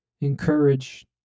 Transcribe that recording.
encourage